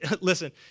listen